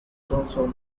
software